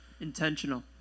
Intentional